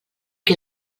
que